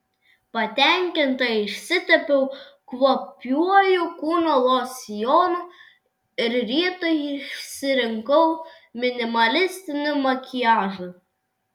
patenkinta išsitepiau kvapiuoju kūno losjonu ir rytui išsirinkau minimalistinį makiažą